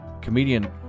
Comedian